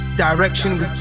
Direction